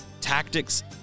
tactics